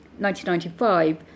1995